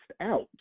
out